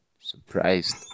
surprised